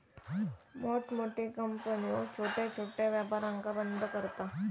मोठमोठे कंपन्यो छोट्या छोट्या व्यापारांका बंद करता